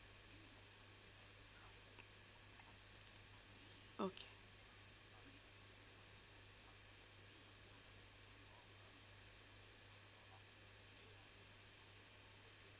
okay